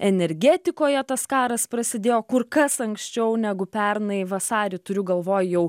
energetikoje tas karas prasidėjo kur kas anksčiau negu pernai vasarį turiu galvoj jau